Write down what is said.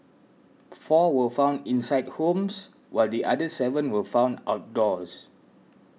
four were found inside homes while the other seven were found outdoors